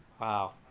Wow